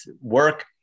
work